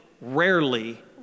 rarely